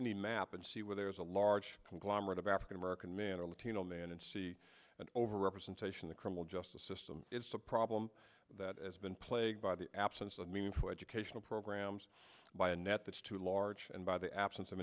any map and see where there is a large conglomerate of african american men or latino men and see an overrepresentation the criminal justice system it's a problem that as been playing by the absence of meaningful educational programs by a net that's too large and by the absence